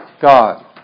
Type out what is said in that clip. God